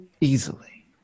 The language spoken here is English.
easily